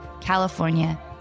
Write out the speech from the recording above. california